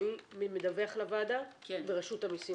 הלאומי ידווח לוועדה ורשות המסים